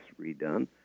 redone